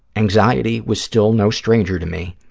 anxiety was still no stranger to me.